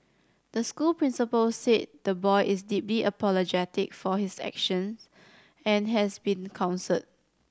the school principal said the boy is deeply apologetic for his action and has been counselled